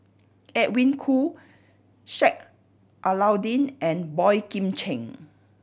Edwin Koo Sheik Alau'ddin and Boey Kim Cheng